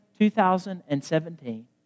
2017